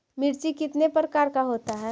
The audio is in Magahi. मिर्ची कितने प्रकार का होता है?